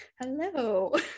Hello